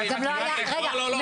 רגע,